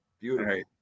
Beautiful